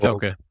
Okay